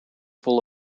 full